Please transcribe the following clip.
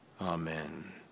amen